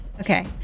Okay